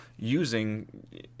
Using